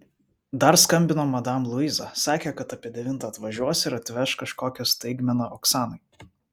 dar skambino madam luiza sakė kad apie devintą atvažiuos ir atveš kažkokią staigmeną oksanai